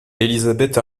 elizabeth